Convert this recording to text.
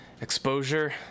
Exposure